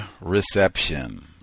reception